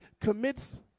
commits